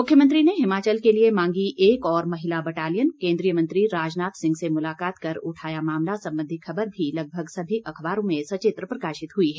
मुख्यमंत्री ने हिमाचल के लिए मांगी एक और महिला बटालियन केन्द्रीय मंत्री राजनाथ सिंह से मुलाकात कर उठाया मामला संबंधी खबर भी लगभग सभी अखबारों में सचित्र प्रकाशित हुई है